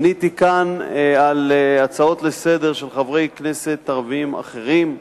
עניתי כאן על הצעות לסדר-היום של חברי כנסת ערבים אחרים,